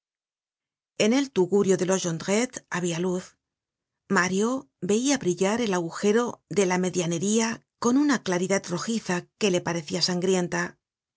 en el tugurio de los jondrette habia luz mario veia brillar el agujero de la medianería con una claridad rojiza que le parecia sangrienta